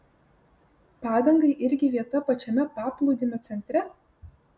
padangai irgi vieta pačiame paplūdimio centre